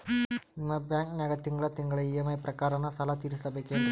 ನಿಮ್ಮ ಬ್ಯಾಂಕನಾಗ ತಿಂಗಳ ತಿಂಗಳ ಇ.ಎಂ.ಐ ಪ್ರಕಾರನ ಸಾಲ ತೀರಿಸಬೇಕೆನ್ರೀ?